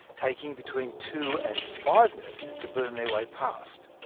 taking between two and five minutes to burn their way past.